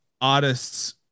artists